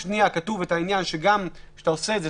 כתוב את העניין שכשאתה עושה את זה,